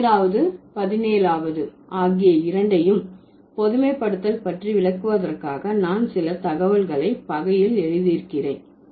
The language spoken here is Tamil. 16வது 17வது ஆகிய இரண்டையும் பொதுமைப்படுத்தல் பற்றி விளக்குவதற்காக நான் சில தகவல்களை பலகையில் எழுதியிருக்கிறேன்